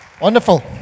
Wonderful